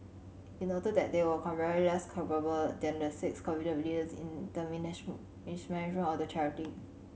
it noted that they were comparatively less culpable than the six convicted leaders in the mismanagement of the charity